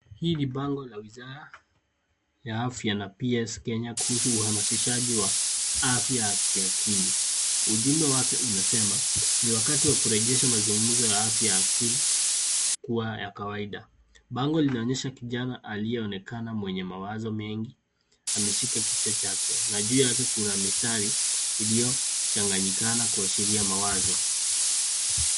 Hii ni bango la wizara ya afya na PS Kenya kuhusu uhamasishaji wa afya ya kiakili. Ujumbe wake unasema ni wakati wa kurejesha mazungumzo ya afya ya akili kuwa ya kawaida. Bango linaonyesha kijana aliyeonekana mwenye mawazo mengi ameshika kichwa chake na juu yake kuna mistari iliyochanganyikana kuashiria mawazo.